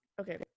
Okay